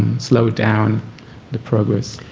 slowed down the progress.